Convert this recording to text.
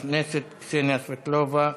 חברת הכנסת קסניה סבטלובה.